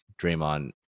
Draymond